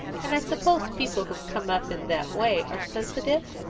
and i suppose people who've come up in that way are sensitive?